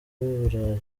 burayi